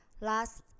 Last